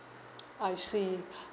I see